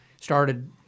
started—